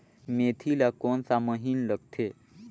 मेंथी ला कोन सा महीन लगथे?